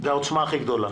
זו העוצמה הכי גדולה.